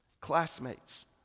Classmates